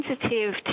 sensitive